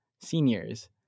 seniors